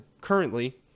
currently